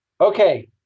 okay